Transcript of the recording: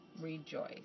rejoice